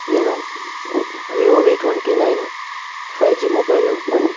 నేను Vivo V twenty nine five G mobile